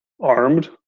armed